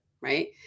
right